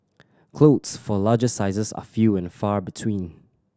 clothes for larger sizes are few and far between